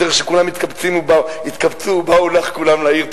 תראה שכולם התקבצו ובאו לך כולם לעיר תל-אביב.